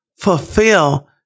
fulfill